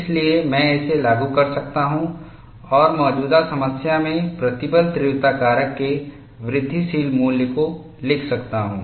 इसलिए मैं इसे लागू कर सकता हूं और मौजूदा समस्या में प्रतिबल तीव्रता कारक के वृद्धिशील मूल्य को लिख सकता हूं